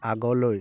আগলৈ